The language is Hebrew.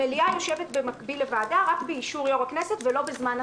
המליאה יושבת במקביל לוועדה רק באישור יושב-ראש הכנסת ולא בזמן הצבעה.